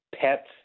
pets